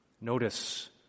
Notice